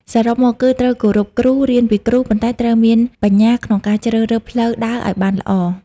សរុបមក គឺត្រូវគោរពគ្រូ រៀនពីគ្រូ ប៉ុន្តែត្រូវមានបញ្ញាក្នុងការជ្រើសរើសផ្លូវដើរឱ្យបានល្អ។